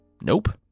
Nope